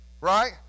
right